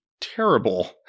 terrible